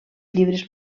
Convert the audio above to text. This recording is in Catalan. llibres